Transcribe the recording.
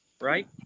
right